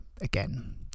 again